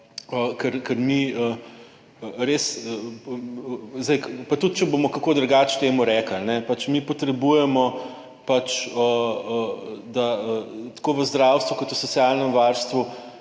ker mi res zdaj, pa tudi, če bomo kako drugače temu rekli, pač, mi potrebujemo pač, da tako v zdravstvu kot v socialnem varstvu,